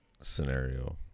scenario